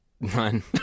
None